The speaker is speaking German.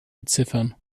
beziffern